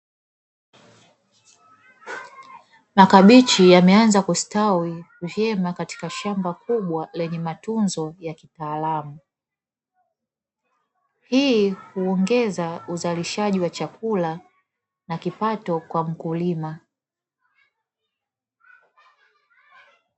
Makabichi yameanza kustawi vyema katika shamba kubwa lenye matunzo ya kitaalamu. Hii huongeza uzalishaji wa chakula na kipato kwa mkulima.